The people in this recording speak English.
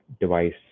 device